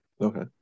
Okay